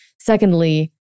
Secondly